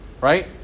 Right